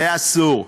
זה אסור,